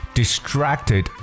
distracted